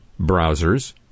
browsers